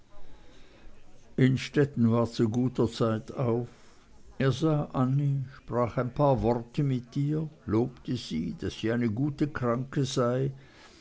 innstetten war zu guter zeit auf er sah annie sprach ein paar worte mit ihr lobte sie daß sie eine gute kranke sei